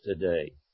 today